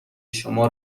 شما